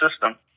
system